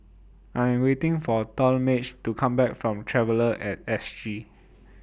I Am waiting For Talmage to Come Back from Traveller At S G